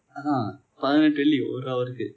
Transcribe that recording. அதான் பதிணெட்டு வெள்ளி:athaan pathinetti velli oru hour